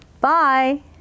Bye